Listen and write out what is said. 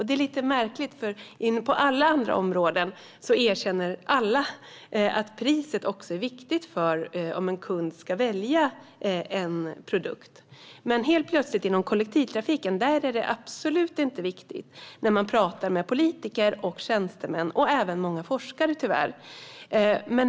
Det är lite märkligt, för på alla andra områden erkänner alla att priset också är viktigt för att en kund ska välja en produkt - men inom kollektivtrafiken är det helt plötsligt absolut inte viktigt. När man talar med politiker, tjänstemän och tyvärr även många forskare är priset inte viktigt.